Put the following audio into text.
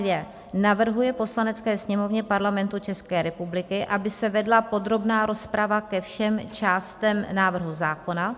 II. navrhuje Poslanecké sněmovně Parlamentu České republiky, aby se vedla podrobná rozprava ke všem částem návrhu zákona;